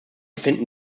finden